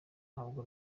ntabwo